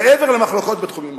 מעבר למחלוקות בתחומים אחרים.